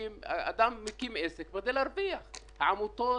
אני אומר לכם, שעוד לפני